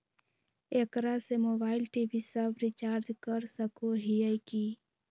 एकरा से mobile TV सब रिचार्ज कर सको हियै की?